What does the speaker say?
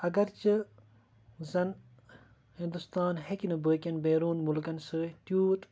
اگر چہِ زَن ہِندوستان ہیٚکہِ نہٕ بٲقِیَن بیروٗن مُلکَن سۭتۍ تیوٗت